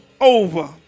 over